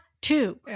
two